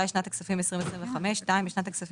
מי נגד?